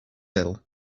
ill